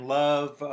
love